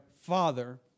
father